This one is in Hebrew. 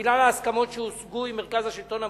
בגלל ההסכמות שהושגו עם מרכז השלטון המקומי.